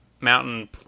mountain